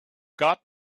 got